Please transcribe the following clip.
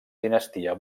dinastia